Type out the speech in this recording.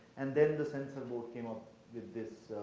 and then the censor board came up with this,